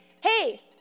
Hey